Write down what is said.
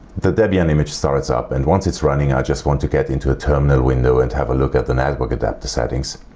the debian image starts up and once it's running i just want to get into a terminal window and have a look at the network adapter settings.